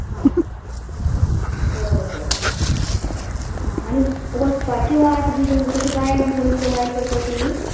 आं बरें बरें हां आनी वचपाची वाट बी तशें गायड बी प्रोवायड करतात तुमी